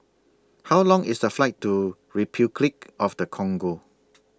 How Long IS The Flight to Repuclic of The Congo